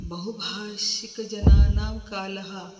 बहुभाषिकजनानां कालः